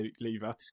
lever